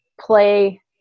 play